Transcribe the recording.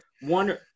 one